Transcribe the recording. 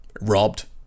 Robbed